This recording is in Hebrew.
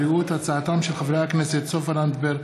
בהצעותיהם של חברי הכנסת סופה לנדבר,